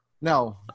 No